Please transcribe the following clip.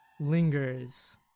lingers